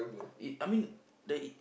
it I mean the it